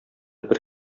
бер